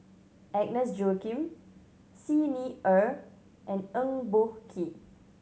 Agnes Joaquim Xi Ni Er and Eng Boh Kee